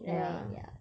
ya